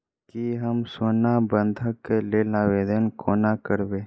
की हम सोना बंधन कऽ लेल आवेदन कोना करबै?